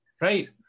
right